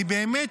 אני באמת